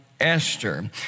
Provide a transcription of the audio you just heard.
Esther